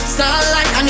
Starlight